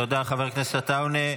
תודה, חבר הכנסת עטאונה.